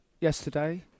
yesterday